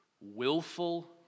willful